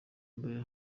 mbere